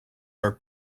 are